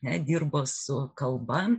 dirbo su kalba